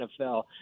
NFL